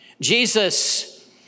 Jesus